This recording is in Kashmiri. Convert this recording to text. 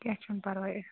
کیٚنہہ چھُنہٕ پَرواے أسۍ